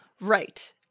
Right